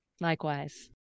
Likewise